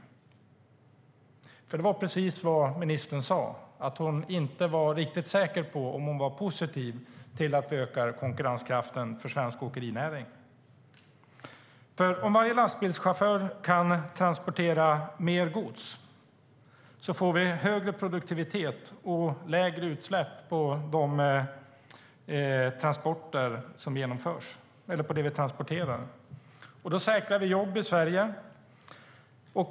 Det var nämligen precis vad ministern sa. Hon var inte riktigt säker på om hon var positiv till att vi ökar konkurrenskraften för svensk åkerinäring. Om varje lastbilschaufför kan transportera mer gods får vi högre produktivitet och lägre utsläpp från det vi ska transportera. Då säkrar vi jobb i Sverige.